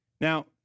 Now